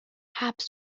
حبس